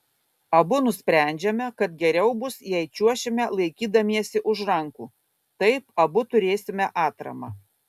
abu nusprendžiame kad geriau bus jei čiuošime laikydamiesi už rankų taip abu turėsime atramą